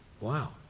Wow